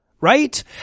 right